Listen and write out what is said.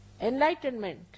enlightenment